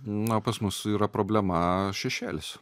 na pas mus yra problema šešėlis